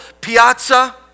piazza